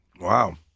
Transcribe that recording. Wow